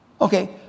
Okay